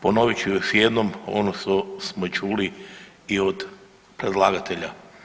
Ponovit ću još jednom, ono što smo čuli i od predlagatelja.